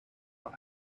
are